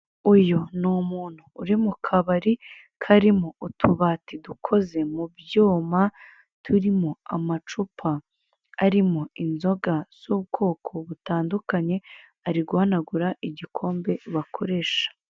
Uyu ni umuntu uri mu kabari karimo utubati dukoze mu byuma, turimo amacupa arimo inzoga z'ubwoko butandukanye, ari guhanagagura igikombe bakoresha.